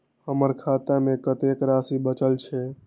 हमर खाता में कतेक राशि बचल छे?